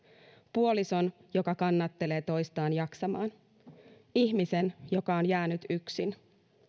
puolison joka kannattelee toista jaksamaan ihmisen joka on jäänyt yksin